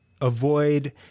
avoid